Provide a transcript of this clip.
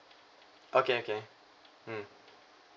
okay okay mm